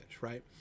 right